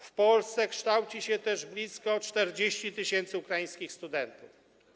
W Polsce kształci się też blisko 40 tys. ukraińskich studentów.